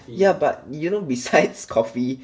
yeah but you know besides coffee